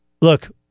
Look